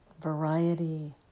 variety